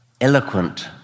eloquent